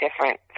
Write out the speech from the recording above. different